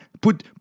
Put